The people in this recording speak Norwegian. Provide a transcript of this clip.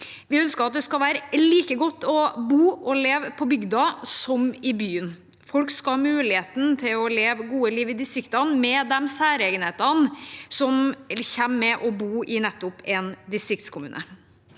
Vi ønsker at det skal være like godt å bo og leve på bygda som i byen. Folk skal ha muligheten til å leve et godt liv i distriktene, med de særegenhetene som følger med det å bo i en distriktskommune.